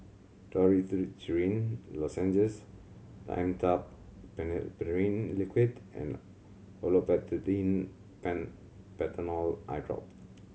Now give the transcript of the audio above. Dorithricin Lozenges Dimetapp Phenylephrine Liquid and Olopatadine Patanol Eyedrop